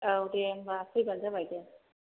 औ दे होनब्ला फैब्लानो जाबाय दे